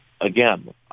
again